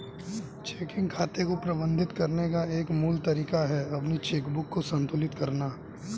checking खाते को प्रबंधित करने का एक मूल तरीका है अपनी चेकबुक को संतुलित करना